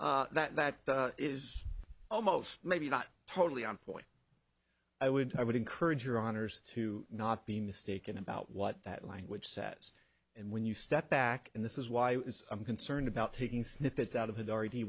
dicta that is almost maybe not totally on point i would i would encourage your honour's to not be mistaken about what that language says and when you step back and this is why it is i'm concerned about taking snippets out of it already